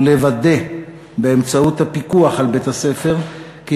ולוודא באמצעות הפיקוח על בית-הספר כי